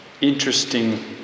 interesting